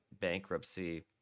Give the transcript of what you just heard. bankruptcy